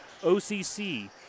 OCC